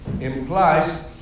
implies